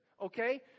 okay